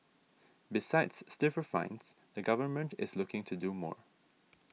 besides stiffer fines the government is looking to do more